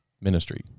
ministry